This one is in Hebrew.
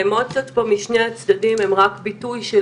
האמוציות פה משני הצדדים הן רק ביטוי של